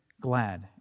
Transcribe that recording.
glad